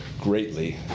greatly